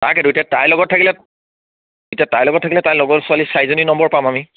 তাকেটো এতিয়া তাই লগত থাকিলে এতিয়া তাইৰ লগত থাকিলে তাই লগৰ ছোৱালী চাৰিজনীৰ নম্বৰ পাম আমি